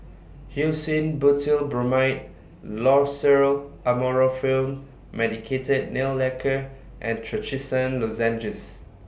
Hyoscine Butylbromide Loceryl Amorolfine Medicated Nail Lacquer and Trachisan Lozenges